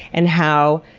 and how